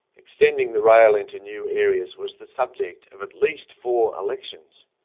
extending the rail into new areas was the subject of at least four elections,